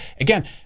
again